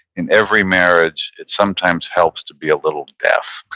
in every marriage, it sometimes helps to be a little deaf,